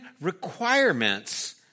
requirements